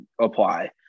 apply